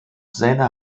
seine